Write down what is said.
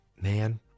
man